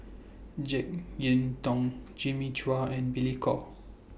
Jek Yeun Thong Jimmy Chua and Billy Koh